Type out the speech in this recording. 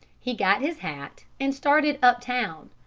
he got his hat and started up-town,